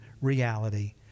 reality